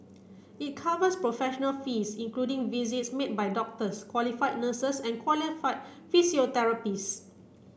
it covers professional fees including visits made by doctors qualified nurses and qualified physiotherapists